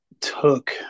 took